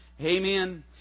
Amen